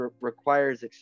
requires